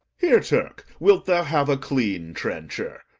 here, turk wilt thou have a clean trencher?